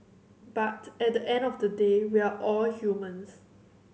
but at the end of the day we're all humans